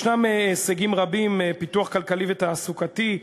יש הישגים רבים: פיתוח כלכלי ותעסוקתי,